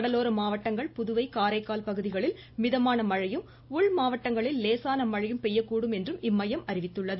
கடலோர மாவட்டங்கள் புதுவை காரைக்கால் பகுதிகளில் மிகமான மழையும் உள் மாவட்டங்களில் லேசான மழையும் பெய்யக்கூடும் என்றும் இம்மையம் அறிவித்துள்ளது